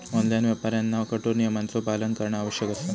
online व्यापाऱ्यांना कठोर नियमांचो पालन करणा आवश्यक असा